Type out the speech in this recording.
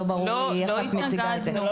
לא ברור לי איך את מציגה את זה.